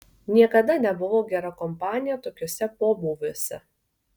niekada nebuvau gera kompanija tokiuose pobūviuose